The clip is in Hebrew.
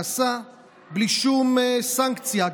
נסע בלי שום סנקציה.